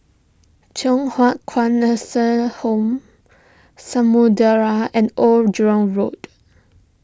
Thye Hua Kwan Nursing Home Samudera and Old Jurong Road